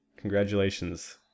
Congratulations